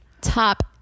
Top